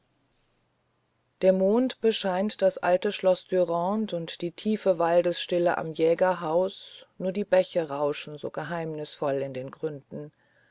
der mond bescheint das alte schloß dürande und die tiefe waldesstille am jägerhaus nur die bäche rauschen so geheimnisvoll in den gründen